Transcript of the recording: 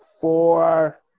four